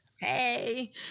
Hey